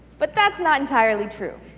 but that's not entirely true.